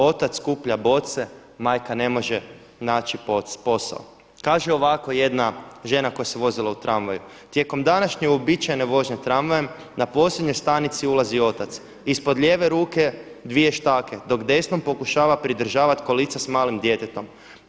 Otac skuplja boce, majka ne može naći posao.“ Kaže ovako jedna žena koja se vozila u tramvaju „Tijekom današnje uobičajene vožnje tramvajem na posljednjoj stanici ulazi otac ispod lijeve ruke dvije štake, dok desnom pokušava pridržavati kolica s malim djetetom.